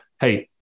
hey